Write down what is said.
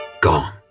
gone